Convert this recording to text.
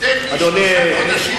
תן לי שלושה חודשים,